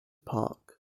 park